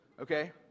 okay